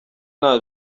nta